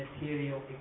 material